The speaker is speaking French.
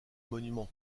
monument